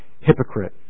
hypocrite